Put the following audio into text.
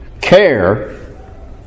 Care